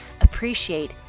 appreciate